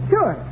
Sure